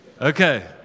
Okay